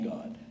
God